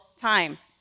times